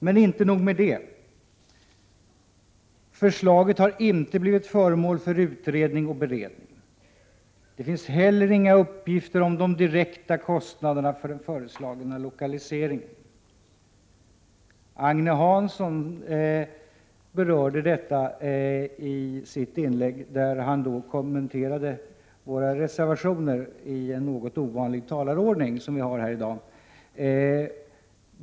Men inte nog med det — förslaget har inte blivit föremål för utredning och beredning. Det finns heller inga uppgifter om de direkta kostnaderna för den föreslagna lokaliseringen. Agne Hansson berörde detta i sitt inlägg, då han kommenterade våra reservationer i den något ovanliga talarordning som vi har här i dag.